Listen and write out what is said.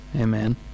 amen